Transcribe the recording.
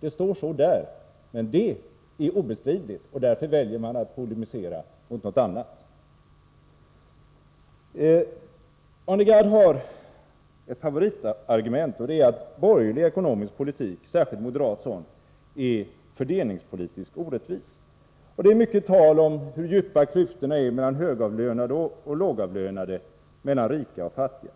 Där står det så — men det är obestridligt, och därför väljer man att polemisera mot något annat. Arne Gadd har ett favoritargument, och det är att borgerlig ekonomisk politik, särskilt moderat sådan, är fördelningspolitiskt orättvis. Det är mycket tal om hur djupa klyftorna är mellan högavlönade och lågavlönade, mellan rika och fattiga.